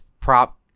prop